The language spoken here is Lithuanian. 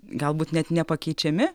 galbūt net nepakeičiami